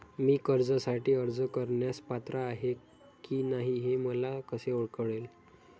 मी कर्जासाठी अर्ज करण्यास पात्र आहे की नाही हे मला कसे कळेल?